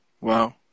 wow